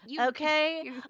okay